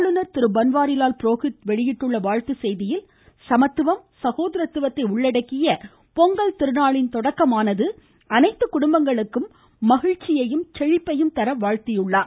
ஆளுநர் திரு பன்வாரிலால் புரோஹித் வெளியிட்டுள்ள வாழ்த்துச் செய்தியில் சமத்துவம் சகோதரத்துவத்தை உள்ளடக்கிய பொங்கல் திருநாளின் தொடக்கமானது அனைத்து குடும்பங்களுக்கும் மகிழ்ச்சியையும் செழிப்பையும் தர வாழ்த்தியுள்ளார்